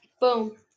boom